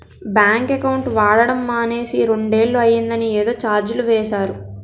bank account వాడడం మానేసి రెండేళ్ళు అయిందని ఏదో చార్జీలు వేసేరు